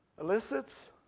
elicits